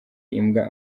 imbwa